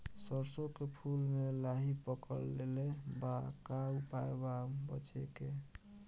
सरसों के फूल मे लाहि पकड़ ले ले बा का उपाय बा बचेके?